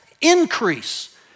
increase